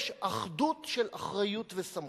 יש אחדות של אחריות וסמכות.